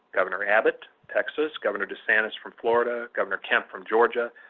governor abbott, texas. governor desantis from florida. governor kemp from georgia.